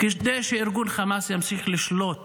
כדי שארגון חמאס ימשיך לשלוט